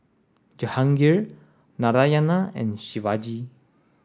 Jehangirr Narayana and Shivaji